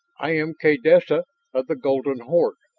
i am kaydessa of the golden horde,